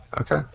Okay